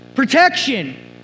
protection